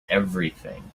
everything